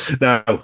Now